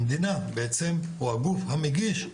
המדינה בעצם או הגוף שמגיש,